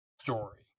story